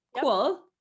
Cool